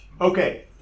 Okay